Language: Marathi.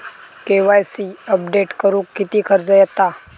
के.वाय.सी अपडेट करुक किती खर्च येता?